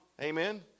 Amen